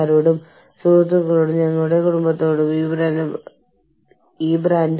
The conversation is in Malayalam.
കാരണം ഓരോ അസൈനിക്കും തനതായ ആവശ്യങ്ങളുടെ ഒരു കൂട്ടവും നഷ്ടപരിഹാര പാക്കേജിന്റെ തനതായ സെറ്റും ഉണ്ട്